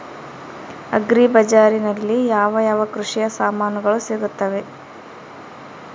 Agri ಬಜಾರಿನಲ್ಲಿ ಯಾವ ಯಾವ ಕೃಷಿಯ ಸಾಮಾನುಗಳು ಸಿಗುತ್ತವೆ?